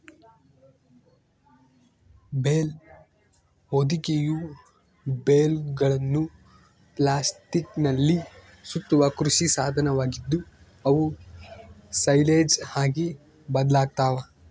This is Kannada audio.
ಬೇಲ್ ಹೊದಿಕೆಯು ಬೇಲ್ಗಳನ್ನು ಪ್ಲಾಸ್ಟಿಕ್ನಲ್ಲಿ ಸುತ್ತುವ ಕೃಷಿ ಸಾಧನವಾಗಿದ್ದು, ಅವು ಸೈಲೇಜ್ ಆಗಿ ಬದಲಾಗ್ತವ